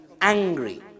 angry